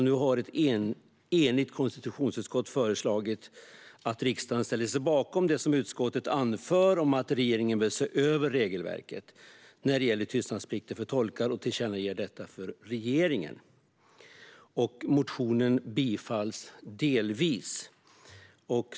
Nu har ett enigt konstitutionsutskott föreslagit att riksdagen ska ställa sig bakom det som utskottet anför om att regeringen bör se över regelverket när det gäller tystnadsplikt för tolkar och tillkännage detta för regeringen. Motionen bifalls delvis.